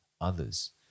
others